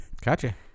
Gotcha